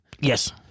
Yes